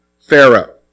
Pharaoh